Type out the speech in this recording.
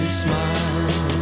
smile